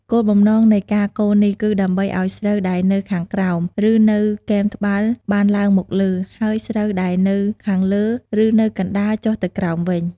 គោលបំណងនៃការកូរនេះគឺដើម្បីឱ្យស្រូវដែលនៅខាងក្រោម ឬនៅគែមត្បាល់បានឡើងមកលើ ហើយស្រូវដែលនៅខាងលើ ឬនៅកណ្តាលចុះទៅក្រោមវិញ។